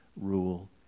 rule